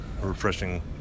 refreshing